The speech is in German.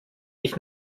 ich